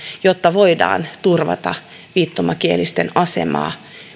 jotta voidaan turvata viittomakielisten asema